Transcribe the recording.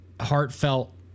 heartfelt